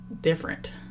different